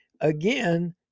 again